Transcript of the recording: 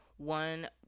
one